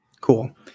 cool